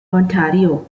ontario